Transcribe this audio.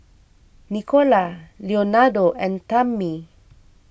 Nicola Leonardo and Tammi